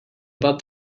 about